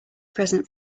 present